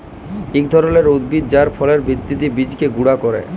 ইক ধরলের উদ্ভিদ যার ফলের ভিত্রের বীজকে গুঁড়া ক্যরে